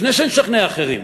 לפני שנשכנע אחרים,